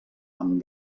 amb